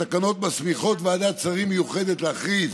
התקנות מסמיכות ועדת שרים מיוחדת להכריז